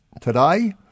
today